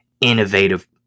innovative